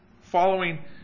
Following